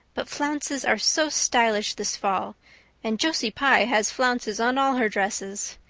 but flounces are so stylish this fall and josie pye has flounces on all her dresses.